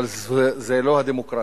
אבל זה לא הדמוקרטיה,